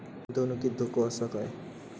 गुंतवणुकीत धोको आसा काय?